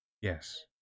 Yes